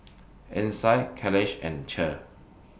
Isai Caleigh and Cher